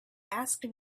asked